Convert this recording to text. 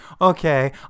okay